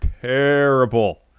Terrible